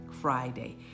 Friday